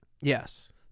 Yes